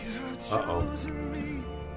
Uh-oh